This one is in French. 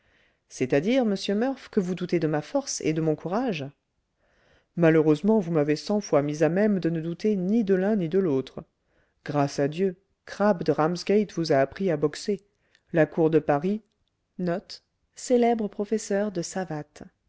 c'est-à-dire monsieur murph que vous doutez de ma force et de mon courage malheureusement vous m'avez cent fois mis à même de ne douter ni de l'un ni de l'autre grâce à dieu crabb de ramsgate vous a appris à boxer lacour de paris